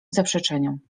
zaprzeczeniom